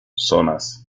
zonas